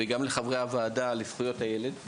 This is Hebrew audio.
וגם לחברי הוועדה לזכויות הילד,